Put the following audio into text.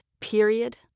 Period